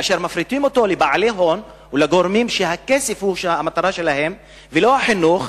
מפריטים אותו לבעלי הון ולגורמים שהכסף הוא המטרה שלהם ולא החינוך.